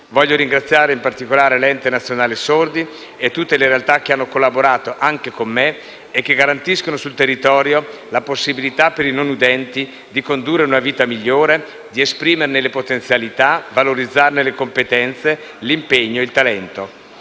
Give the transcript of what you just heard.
Voglio ringraziare, in particolare, l'Ente nazionale sordi e tutte le realtà che hanno collaborato, anche con me, e garantiscono sul territorio la possibilità per i non udenti di condurre una vita migliore, esprimere le potenzialità e valorizzare le competenze, l'impegno e il talento.